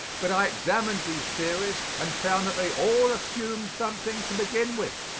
but i examined these theories and found that they all assumed something to begin with.